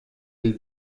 del